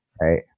right